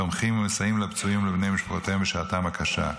תומכים ומסייעים לפצועים ולבני משפחותיהם בשעתם הקשה.